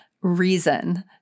reason